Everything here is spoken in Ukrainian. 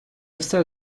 все